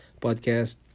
podcast